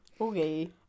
Okay